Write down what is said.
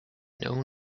known